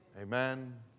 Amen